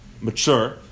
mature